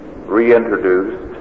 reintroduced